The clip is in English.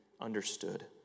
understood